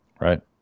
Right